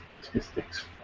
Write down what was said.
statistics